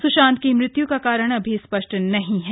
सुशांत की मृत्यु का कारण अभी स्पष्ठ नहीं है